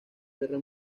guerra